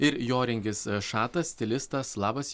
ir joringis šatas stilistas labas